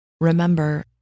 Remember